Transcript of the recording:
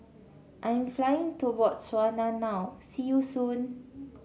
I am flying to Botswana now see you soon